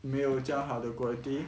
没有这样好的 quality